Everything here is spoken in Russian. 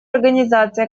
организация